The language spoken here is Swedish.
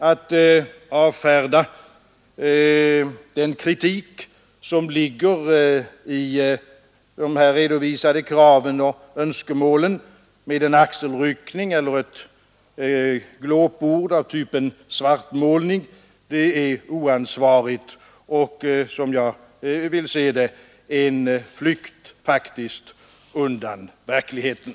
Att avfärda den kritik som ligger i de redovisade kraven och önskemålen med en axelryckning eller ett glåpord av typen ”svartmålning” är oansvarigt och faktiskt, som jag vill se det, en flykt undan verkligheten.